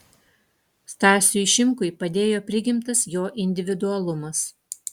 stasiui šimkui padėjo prigimtas jo individualumas